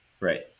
right